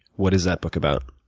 what is that book about?